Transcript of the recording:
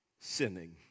sinning